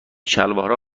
شلوارها